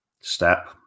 step